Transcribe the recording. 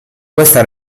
questa